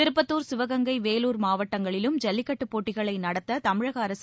திருப்பத்துர் சிவகங்கை வேலூர் மாவட்டங்களிலும் ஜல்லிக்கட்டு போட்டிகளை நடத்த தமிழக அரசு